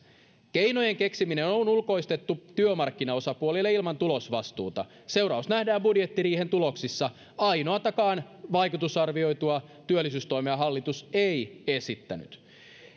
keinojen keksiminen on on ulkoistettu työmarkkinaosapuolille ilman tulosvastuuta seuraus nähdään budjettiriihen olemattomissa tuloksissa ainoatakaan vaikuttavuusarvioitua työllisyystoimea hallitus ei esittänyt